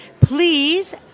please